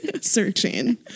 Searching